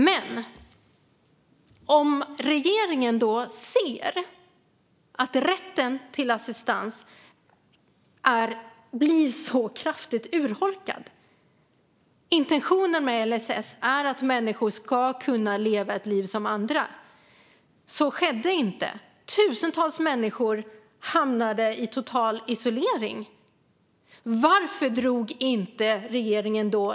Men när regeringen såg att rätten till assistans blev så kraftigt urholkad att det som var intentionen med LSS, att människor med assistansbehov ska kunna leva ett liv som andra, inte fanns där utan att tusentals människor hamnade i total isolering, varför drog man inte i nödbromsen då?